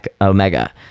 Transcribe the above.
omega